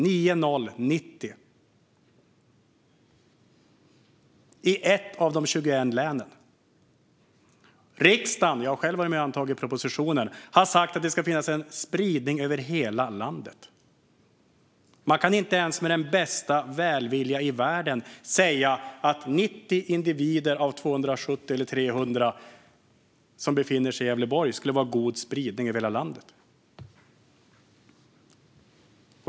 Nio noll, 90, och detta i ett av de 21 länen! Jag har själv varit med och antagit propositionen i riksdagen, som har sagt att det ska finnas en spridning över hela landet. Man kan inte ens med den bästa välvilja i världen säga att 90 individer av 270 eller 300 som befinner sig i Gävleborg skulle vara god spridning över hela landet.